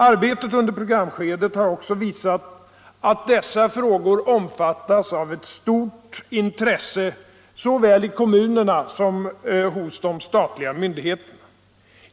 Arbetet under programskedet har också visat att dessa frågor omfattas av ett stort intresse såväl i kommunerna som hos de statliga myndigheterna.